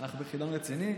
אנחנו בחידון רציני,